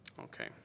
Okay